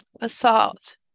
assault